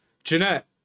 Jeanette